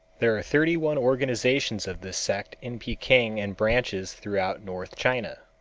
there are thirty-one organizations of this sect in peking and branches throughout north china.